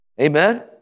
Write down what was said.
Amen